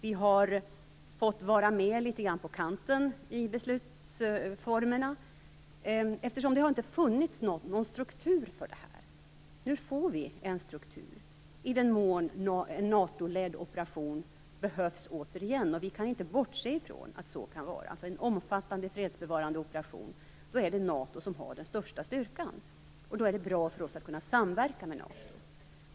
Vi har fått vara med litet grand på kanten i beslutsformerna eftersom det inte har funnits någon struktur för detta. Nu får vi en struktur, i den mån en NATO-ledd operation återigen behövs. Vi kan inte bortse från att så kan vara fallet - alltså en omfattande fredsbevarande operation. Då är det NATO som har den största styrkan, och då är det bra för oss att kunna samverka med NATO.